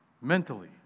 mentally